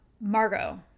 Margot